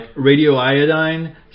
radioiodine